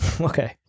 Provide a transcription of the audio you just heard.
Okay